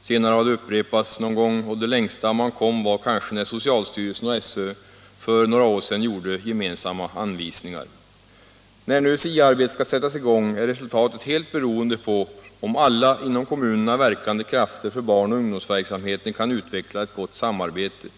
Senare har det upprepats någon gång, och det längsta man kom var kanske när socialstyrelsen och SÖ för några år sedan gjorde gemensamma anvisningar. När nu SIA-arbetet skall sättas i gång är resultatet helt beroende på om alla inom kommunerna verkande krafter för barnoch ungdomsverksamheten kan utveckla ett gott samarbete.